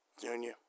Junior